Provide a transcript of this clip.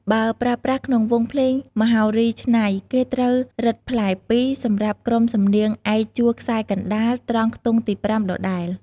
បើប្រើប្រាស់ក្នុងវង់ភ្លេងមហោរីច្នៃ គេត្រូវរឹតផ្លែ២សំរាប់ក្រុមសំនៀងឯកជួរខ្សែកណ្ដាល ត្រង់ខ្ទង់ទី៥ ដដែល។